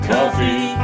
Coffee